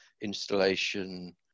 installation